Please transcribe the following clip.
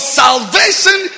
salvation